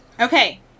Okay